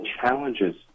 challenges